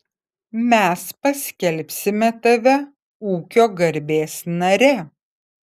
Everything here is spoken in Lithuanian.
mes paskelbsime tave ūkio garbės nare